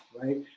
right